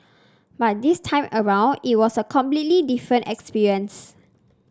but this time around it was a completely different experience